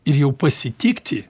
ir jau pasitikti